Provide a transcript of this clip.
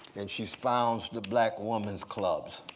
and she's founds the black women's clubs,